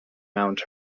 mount